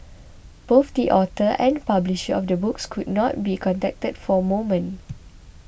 both the author and publisher of the book could not be contacted for movement